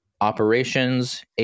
operations